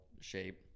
shape